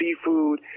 seafood